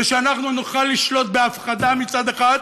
ושאנחנו נוכל לשלוט בהפחדה, מצד אחד,